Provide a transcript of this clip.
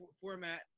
format